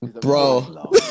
Bro